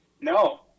No